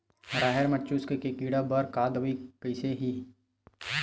राहेर म चुस्क के कीड़ा बर का दवाई कइसे ही?